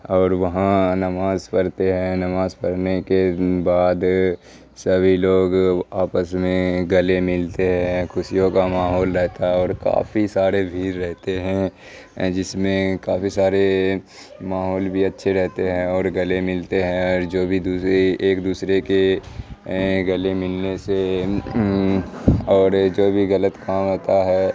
اور وہاں نماز پڑھتے ہیں نماز پڑھنے کے بعد سبھی لوگ آپس میں گلے ملتے ہیں خوشیوں کا ماحول رہتا ہے اور کافی سارے بھیڑ رہتے ہیں جس میں کافی سارے ماحول بھی اچھے رہتے ہیں اور گلے ملتے ہیں اور جو بھی دوسرے ایک دوسرے کے گلے ملنے سے اور جو بھی غلط کام ہوتا ہے